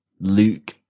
luke